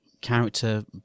character